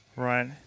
Right